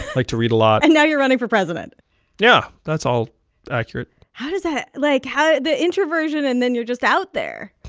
liked to read a lot and now you're running for president yeah, that's all accurate how does that like, how the introversion and then you're just out there